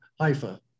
Haifa